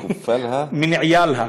(אומר בערבית ומתרגם:)